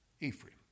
Ephraim